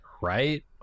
right